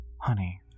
Honey